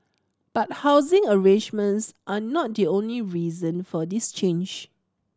but housing arrangements are not the only reason for this change